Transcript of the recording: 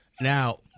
Now